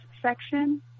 section